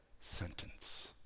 sentence